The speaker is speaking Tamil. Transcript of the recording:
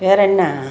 வேறு என்ன